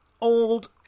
old